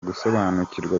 gusobanukirwa